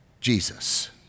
Jesus